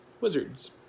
wizards